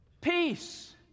Peace